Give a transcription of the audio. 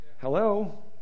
Hello